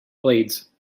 blades